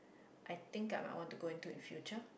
I think I might want to go into in future